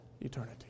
eternity